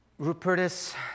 Rupertus